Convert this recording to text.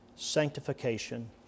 sanctification